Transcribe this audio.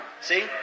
See